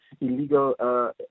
illegal